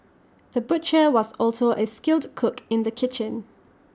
the butcher was also A skilled cook in the kitchen